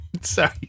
Sorry